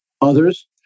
others